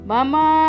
Mama